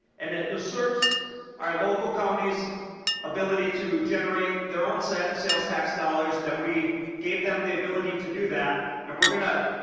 and it usurps our local counties ability to generate their own sales tax dollars that we gave them the ability to do that and we are going to